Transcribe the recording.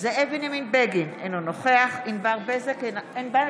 זאב בנימין בגין, אינו נוכח ענבר בזק,